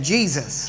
Jesus